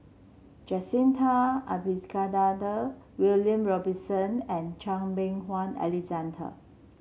Jacintha Abisheganaden William Robinson and Chan Meng Wah Alexander